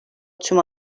tüm